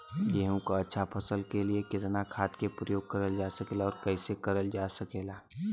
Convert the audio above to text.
गेहूँक अच्छा फसल क लिए कितना खाद के प्रयोग करल जा सकेला और कैसे करल जा सकेला?